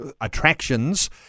attractions